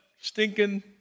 stinking